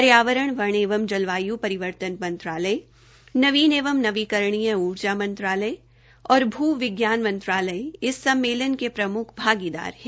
पर्यावरण वन एवं जलवाय् परिवर्तन मंत्रालय नवीन एवं नवीकरणीय ऊर्जा मंत्रालय और भू विज्ञान मंत्रालय इस सम्मेलन के प्रम्ख भागीदार है